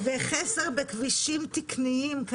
וחסר בכבישים תקניים,